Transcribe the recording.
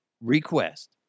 request